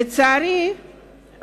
לצערי,